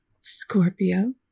Scorpio